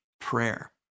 prayer